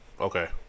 okay